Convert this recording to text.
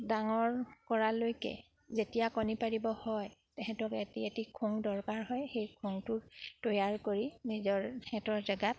ডাঙৰ কৰালৈকে যেতিয়া কণী পাৰিব হয় তেহেঁতক এটি এটি খোং দৰকাৰ হয় সেই খোংটো তৈয়াৰ কৰি নিজৰ সিহঁতৰ জেগাত